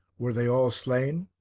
were they all slain?